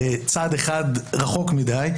צעד אחד רחוק מדיי.